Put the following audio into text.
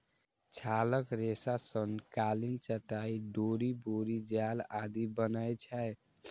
छालक रेशा सं कालीन, चटाइ, डोरि, बोरी जाल आदि बनै छै